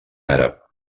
àrab